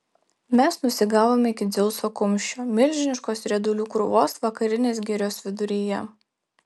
mes nusigavome iki dzeuso kumščio milžiniškos riedulių krūvos vakarinės girios viduryje